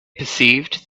perceived